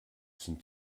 sind